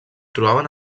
trobaven